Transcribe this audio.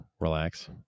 relax